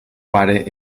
pare